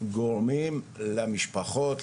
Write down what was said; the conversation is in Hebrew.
גורמים למשפחות,